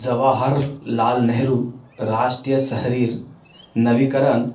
जवाहरलाल नेहरू राष्ट्रीय शहरी नवीकरण